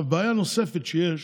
בעיה נוספת שיש